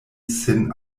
sin